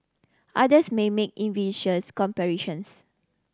others may make comparisons